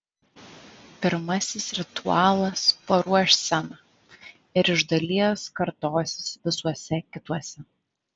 pirmasis ritualas paruoš sceną ir iš dalies kartosis visuose kituose